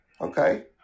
Okay